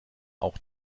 auch